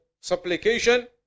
supplication